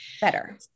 better